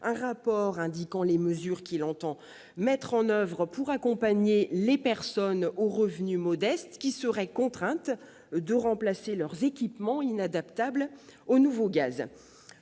un rapport indiquant les mesures qu'il entend mettre en oeuvre pour accompagner les personnes aux revenus modestes qui seraient contraintes de remplacer leurs équipements inadaptables au nouveau gaz.